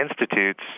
institutes